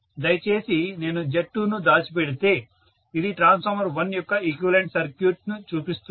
దయచేసి నేను Z2ను దాచిపెడితే ఇది ట్రాన్స్ఫార్మర్ 1 యొక్క ఈక్వివలెంట్ సర్క్యూట్ ను చూపిస్తుంది